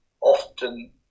often